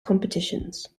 competitions